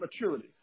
maturity